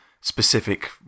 specific